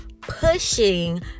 pushing